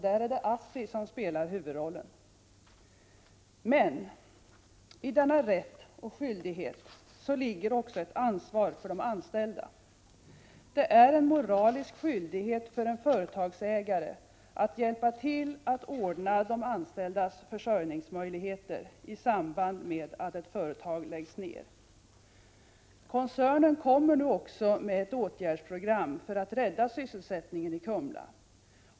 Där är det ASSI som spelar huvudrollen. Lägg märke till att i denna rätt och skyldighet ligger också ett ansvar för de anställda. Det finns en moralisk skyldighet för en företagsägare att hjälpa till att ordna de anställdas försörjning i samband med att ett företag läggs ned. Koncernen kommer nu också med ett åtgärdsprogram för att rädda sysselsättningen i Kumla.